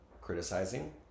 criticizing